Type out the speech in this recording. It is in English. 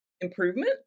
improvement